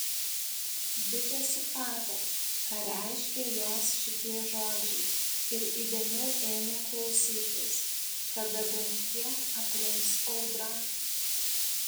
bitė suprato ką reiškia jos šitie žodžiai ir įdėmiau ėmė klausytis kada bent kiek aprims audra